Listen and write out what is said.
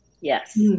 Yes